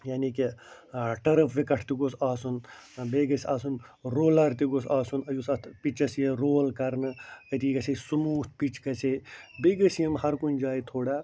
یعنی کہِ ٲں ٹٔرٕف وِکٹ تہِ گوٚژھ آسُن بیٚیہِ گَژھہِ آسُن رولر تہِ گوٚژھ آسُ یُس اتھ پِچس یہِ رول کرنہٕ أتی گَژھہِ ہے سٕموٗتھ پِچ گَژھہِ ہے بیٚیہِ گٔژھۍ یِم ہر کُنہِ جایہِ تھوڑا